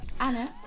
Anna